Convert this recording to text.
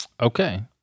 okay